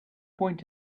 point